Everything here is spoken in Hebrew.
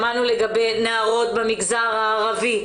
שמענו לגבי נערות במגזר הערבי,